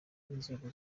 w’ingabo